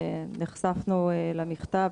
נחשפנו למכתב,